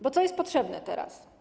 Bo co jest potrzebne teraz?